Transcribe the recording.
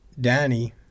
Danny